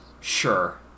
sure